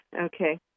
Okay